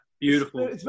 beautiful